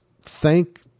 thank